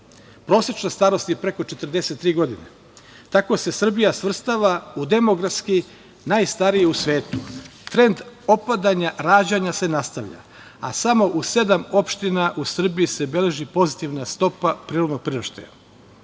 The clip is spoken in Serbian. Prosečna starost je preko 43 godine. Tako se Srbija svrstava u demografski najstariju u svetu. Trend opadanja rađanja se nastavlja, a samo u sedam opština u Srbiji se beleži pozitivna stopa prirodnog priraštaja. To